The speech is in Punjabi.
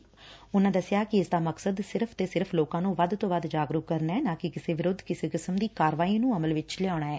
ਸ੍ਰੀ ਅਰੋਂੜਾ ਨੇ ਕਿਹਾ ਕਿ ਇਸ ਦਾ ਮਕਸਦ ਸਿਰਫ ਤੇ ਸਿਰਫ ਲੋਕਾਂ ਨੂੰ ਵੱਧ ਤੋਂ ਵੱਧ ਜਾਗਰੁਕ ਕਰਨਾ ਏ ਨਾ ਕਿ ਕਿਸੇ ਵਿਰੁੱਧ ਕਿਸੇ ਕਿਸਮ ਦੀ ਕਾਰਵਾਈ ਨੂੰ ਅਮਲ ਵਿੱਚ ਲਿਆਉਣਾ ਏ